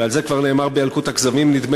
ועל זה כבר נאמר ב"ילקוט הכזבים",